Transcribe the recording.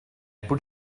put